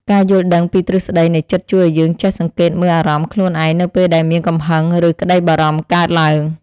ការយល់ដឹងពីទ្រឹស្តីនៃចិត្តជួយឱ្យយើងចេះសង្កេតមើលអារម្មណ៍ខ្លួនឯងនៅពេលដែលមានកំហឹង ឬ ក្តីបារម្ភកើតឡើង។